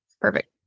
perfect